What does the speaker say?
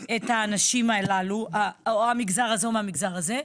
את האנשים הללו, או מהמגזר הזה או מהמגזר הזה,